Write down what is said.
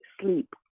sleep